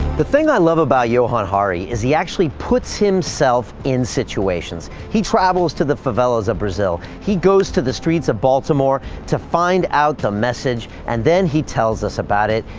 the thing i love about johann hari is he actually puts himself in situations. he travels to the favelas of brazil, he goes to the streets of baltimore to find out the message and then he tells us about it.